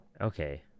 Okay